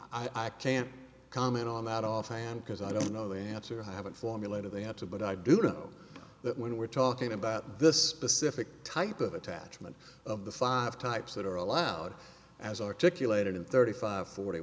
suit i can't comment on that offhand because i don't know the answer i haven't formulated they have to but i do know that when we're talking about this pacific type of attachment of the five types that are allowed as articulated in thirty five forty